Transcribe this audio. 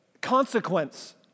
consequence